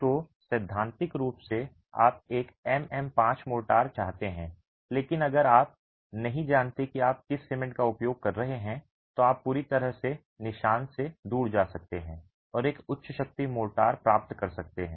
तो सैद्धांतिक रूप से आप एक MM 5 मोर्टार चाहते हैं लेकिन अगर आप नहीं जानते कि आप किस सीमेंट का उपयोग कर रहे हैं तो आप पूरी तरह से निशान से दूर जा सकते हैं और एक उच्च शक्ति मोर्टार प्राप्त कर सकते हैं